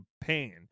pain